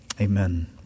Amen